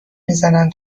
میزنن